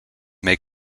may